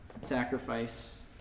sacrifice